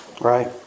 Right